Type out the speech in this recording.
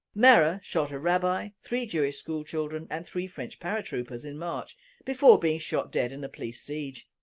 merah shot a rabbi, three jewish schoolchildren and three french paratroopers in march before being shot dead in a police siege.